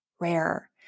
Rare